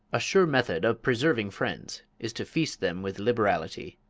a sure method of preserving friends is to feast them with liberality,